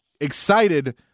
Excited